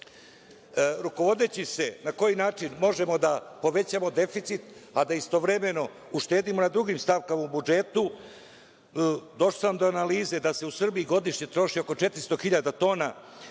akcija. Rukovodeći se na koji način možemo da povećamo deficit, a da istovremeno uštedimo na drugim stavkama u budžetu, došao sam do analize da se u Srbiji godišnje troši oko 400.000 tona